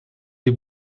les